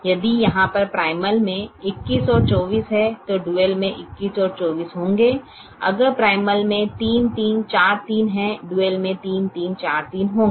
यदि यहाँ पर प्राइमल में 21 और 24 हैं तो ड्युअल में 21 और 24 होंगे अगर प्राइमल में 3 3 4 3 है ड्यूल में 3 3 4 3 होंगे